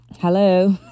hello